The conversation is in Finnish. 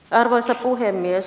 arvoisa puhemies